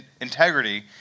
integrity